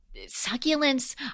succulents